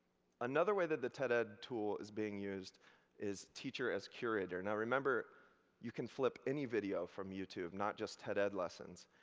another way that the ted-ed tool is being used is teacher as curator. and remember that you can flip any video from youtube, not just ted-ed lessons.